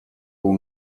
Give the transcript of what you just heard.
will